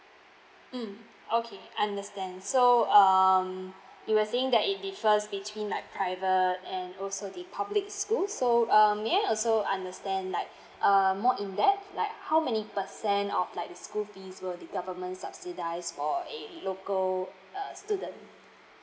mm okay understand so um you were saying that it differs between like private and also the public school so um may I also understand like uh more in depth like how many percent of like the school fees will the government subsidize for a local uh student